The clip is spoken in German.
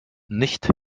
nicht